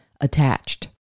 attached